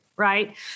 right